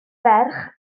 ferch